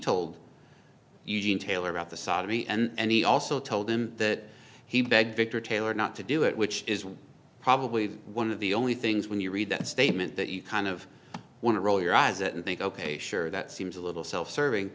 told you gene taylor about the sodomy and he also told him that he begged victor taylor not to do it which is probably one of the only things when you read that statement that you kind of want to roll your eyes and think ok sure that seems a little self serving